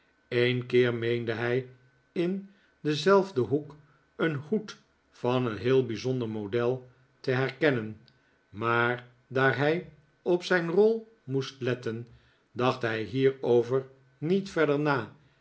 een keer meende hij in denzelfden hoek een hoed van een heel bijzonder model te herkennen maar daar hij op zijn rol moest letten dacht hij hierover niet verder na